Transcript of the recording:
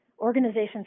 Organizations